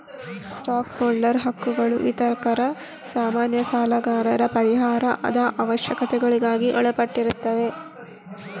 stock holder ಹಕ್ಕುಗಳು ವಿತರಕರ, ಸಾಮಾನ್ಯ ಸಾಲಗಾರರ ಪರಿಹಾರದ ಅವಶ್ಯಕತೆಗಳಿಗೆ ಒಳಪಟ್ಟಿರುತ್ತವೆ